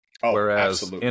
whereas